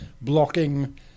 blocking